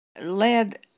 led